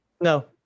No